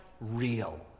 real